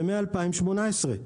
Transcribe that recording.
זה מ-2018.